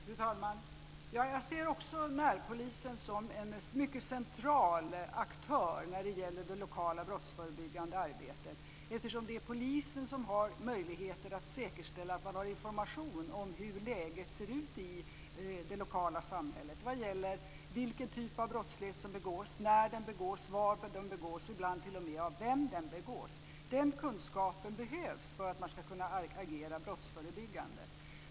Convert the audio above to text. Fru talman! Jag ser också närpolisen som en mycket central aktör när det gäller det lokala brottsförebyggande arbetet eftersom det är polisen som har möjlighet att säkerställa att man har information om hur läget ser ut i det lokala samhället. Det gäller vilken typ av brott som begås, när det begås, var det begås och ibland t.o.m. av vem det begås. Den kunskapen behövs för att man ska kunna agera brottsförebyggande.